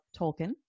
Tolkien